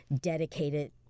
dedicated